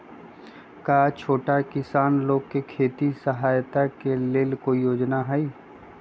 का छोटा किसान लोग के खेती सहायता के लेंल कोई योजना भी हई?